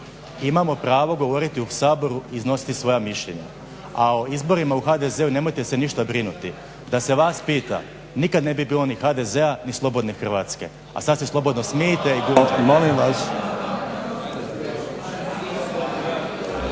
Imamo pravo govoriti u Saboru i iznositi svoja mišljenja, a o izborima u HDZ-u nemojte se ništa brinuti. Da se vas pita nikad ne bi bilo ni HDZ-a ni slobodne Hrvatske, a sad se slobodno smijte.